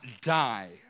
die